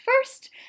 first